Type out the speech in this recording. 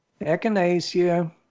echinacea